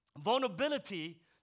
vulnerability